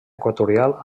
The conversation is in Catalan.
equatorial